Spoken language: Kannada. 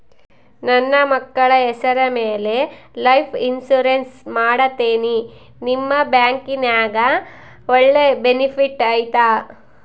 ನನ್ನ ಮಕ್ಕಳ ಹೆಸರ ಮ್ಯಾಲೆ ಲೈಫ್ ಇನ್ಸೂರೆನ್ಸ್ ಮಾಡತೇನಿ ನಿಮ್ಮ ಬ್ಯಾಂಕಿನ್ಯಾಗ ಒಳ್ಳೆ ಬೆನಿಫಿಟ್ ಐತಾ?